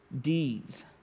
deeds